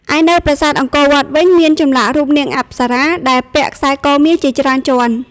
ឯនៅប្រាសាទអង្គរវត្តវិញ មានចម្លាក់រូបនាងអប្សរាដែលពាក់ខ្សែកមាសជាច្រើនជាន់។